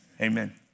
amen